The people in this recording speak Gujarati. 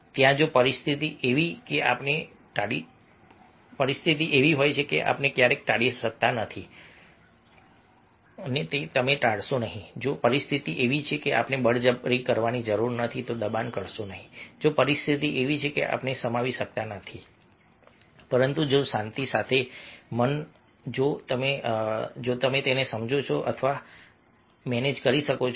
ત્યાં જો પરિસ્થિતિ એવી છે કે આપણે ટાળી શકતા નથી તો ટાળશો નહીં જો પરિસ્થિતિ એવી છે કે આપણે બળજબરી કરવાની જરૂર નથી તો દબાણ કરશો નહીં જો પરિસ્થિતિ એવી છે કે તે આપણે સમાવી શકતા નથી સમાવી શકતા નથી પરંતુ જો શાંતિ સાથે મન જો તમે સમજો છો કે ના અમે મેનેજ કરી શકીએ છીએ